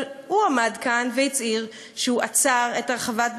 אבל הוא עמד כאן והצהיר שהוא עצר את הרחבת בז"ן.